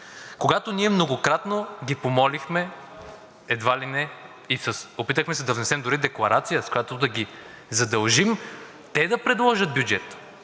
когато ние многократно ги помолихме, едва ли не, опитахме се да внесем дори декларация, с която да ги задължим те да предложат бюджет,